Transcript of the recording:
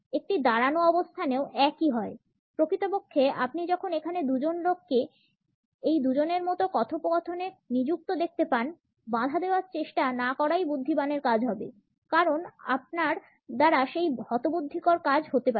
একটি দাঁড়ানো অবস্থানেও একই হয় প্রকৃতপক্ষে আপনি যখন এখানে দুজন লোককে এই দুজনের মতো কথোপকথনে নিযুক্ত দেখতে পান বাঁধা দেওয়ার চেষ্টা না করাই বুদ্ধিমানের কাজ হবে কারণ আপনার দ্বারা সেটি হতবুদ্ধিকর কাজ হতে পারে